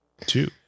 Two